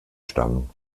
stammen